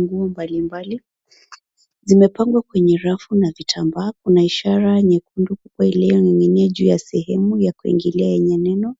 Nguo mbalimbali, zimepangwa kwenye rafu na vitambaa. Kuna ishara nyekundu kubwa iliyoning'inia juu ya sehemu ya kuingilia yenye neno